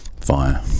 fire